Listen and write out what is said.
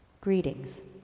greetings